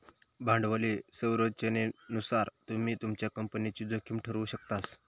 भांडवली संरचनेनुसार तुम्ही तुमच्या कंपनीची जोखीम ठरवु शकतास